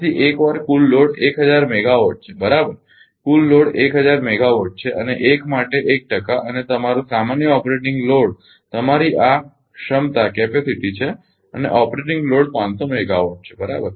તેથી એકવાર કુલ લોડ 1000 મેગાવાટ છે બરાબર કુલ લોડ 1000 મેગાવોટ છે અને 1 માટે 1 ટકા અને તમારો સામાન્ય ઓપરેટિંગ લોડ તમારી આ ક્ષમતા છે અને ઓપરેટિંગ લોડ 500 મેગાવાટ છે બરાબર